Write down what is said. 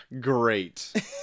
Great